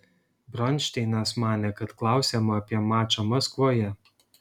bronšteinas manė kad klausiama apie mačą maskvoje